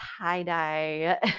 tie-dye